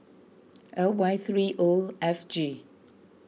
L Y three O F G